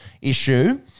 issue